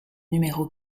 numéro